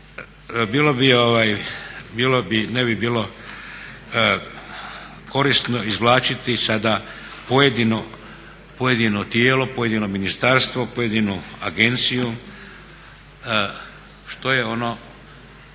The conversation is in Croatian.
Ne bi bilo korisno izvlačiti sada pojedino tijelo, pojedino ministarstvo, pojedinu agenciju što je ono